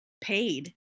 paid